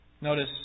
Notice